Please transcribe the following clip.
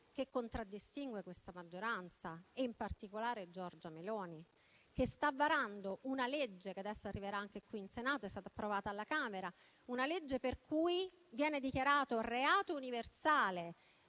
che contraddistingue questa maggioranza e in particolare Giorgia Meloni, che sta varando una legge - adesso arriverà anche qui in Senato, dopo essere stata approvata alla Camera - per cui viene dichiarato reato universale